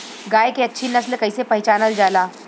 गाय के अच्छी नस्ल कइसे पहचानल जाला?